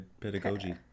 pedagogy